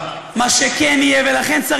חבר הכנסת אוסאמה סעדי.